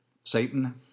Satan